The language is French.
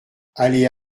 allée